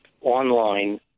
online